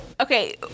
Okay